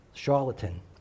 charlatan